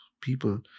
people